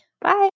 Bye